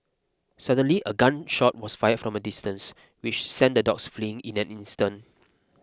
suddenly a gun shot was fired from a distance which sent the dogs fleeing in an instant